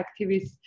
activists